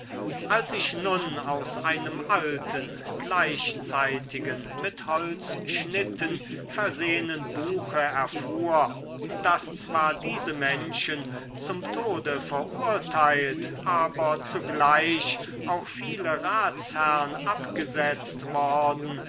als ich nun aus einem alten gleichzeitigen mit holzschnitten versehenen buche erfuhr daß zwar diese menschen zum tode verurteilt aber zugleich auch viele ratsherrn abgesetzt worden